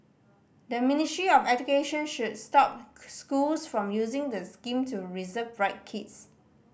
the Ministry of Education should stop schools from using the scheme to reserve bright kids